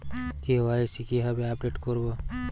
KYC কিভাবে update করব?